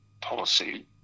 policy